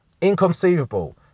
inconceivable